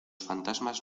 fantasmas